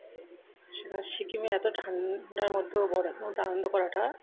সেখানে সিকিমে এত ঠান্ডার মধ্যেও বরফের মধ্যে আনন্দ করাটা